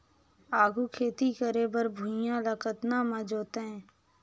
आघु खेती करे बर भुइयां ल कतना म जोतेयं?